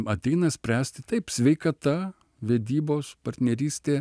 ateina spręsti taip sveikata vedybos partnerystė